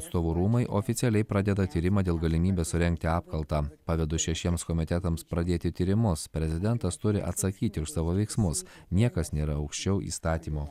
atstovų rūmai oficialiai pradeda tyrimą dėl galimybės surengti apkaltą pavedu šešiems komitetams pradėti tyrimus prezidentas turi atsakyti už savo veiksmus niekas nėra aukščiau įstatymo